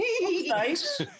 Nice